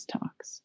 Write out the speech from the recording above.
Talks